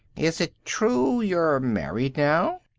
is it true you're married now?